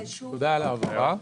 תודה על ההבהרה.